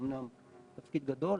אמנם הוא תפקיד גדול,